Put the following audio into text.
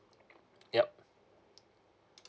yup